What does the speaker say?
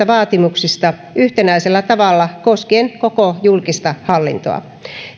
vaatimuksista yhtenäisellä tavalla koskien koko julkista hallintoa